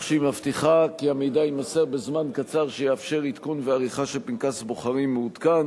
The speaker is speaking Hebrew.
אולם המידע כאמור נמסר למפלגות רק בסמוך לבחירות לכנסת